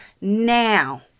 now